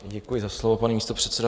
Děkuji za slovo, pane místopředsedo.